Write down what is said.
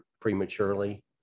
prematurely